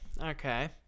okay